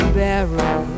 barrel